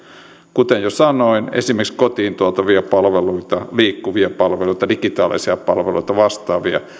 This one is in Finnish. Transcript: kuten jo sanoin esimerkiksi kotiin tuotavia palveluita liikkuvia palveluita digitaalisia palveluita vastaavia